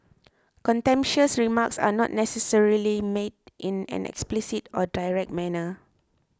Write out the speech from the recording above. contemptuous remarks are not necessarily made in an explicit or direct manner